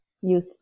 youth